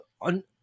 on